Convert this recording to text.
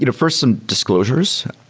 you know first, some disclosures.